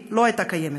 לא הייתה קיימת.